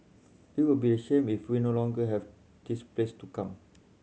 it will be a shame if we no longer have this place to come